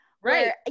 Right